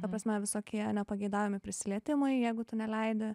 ta prasme visokie nepageidaujami prisilietimai jeigu tu neleidi